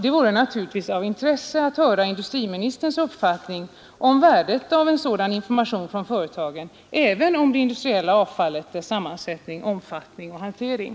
Det vore naturligtvis av intresse att höra industriministerns uppfattning om värdet av en sådan information från företagen även om det industriella avfallet och dess sammansättning, omfattning och hantering.